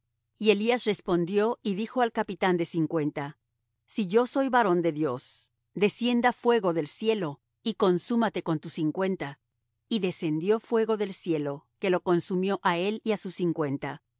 y elías respondió y dijo al capitán de cincuenta si yo soy varón de dios descienda fuego del cielo y consúmate con tus cincuenta y descendió fuego del cielo que lo consumió á él y á sus cincuenta